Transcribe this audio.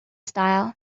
style